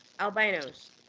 albinos